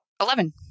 Eleven